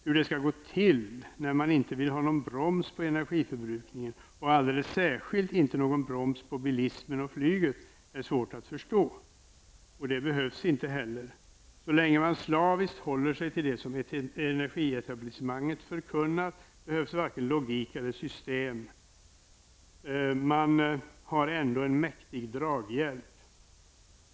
Hur det skall gå till när man inte vill ha någon broms på energiförbrukningen och alldeles särskilt inte vill ha någon broms på bilismen och flyget, är svårt att förstå. Men det behövs inte heller. Så länge man slaviskt håller sig till det som energietablissemanget förkunnar behövs varken logik eller system, man har ändå en mäktig draghjälp.